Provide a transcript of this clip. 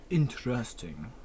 interesting